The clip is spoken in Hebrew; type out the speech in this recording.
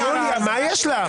יוליה, מה יש לך?